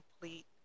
complete